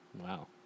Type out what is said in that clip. Wow